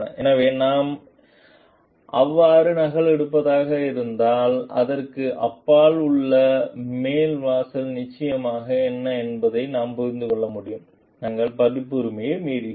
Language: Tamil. எனவே நாம் அவ்வாறு நகலெடுப்பதாக இருந்தால் அதற்கு அப்பால் உள்ள மேல் வாசல் நிச்சயமாக என்ன என்பதை நாம் புரிந்து கொள்ள முடியும் நாங்கள் பதிப்புரிமையை மீறுகிறோம்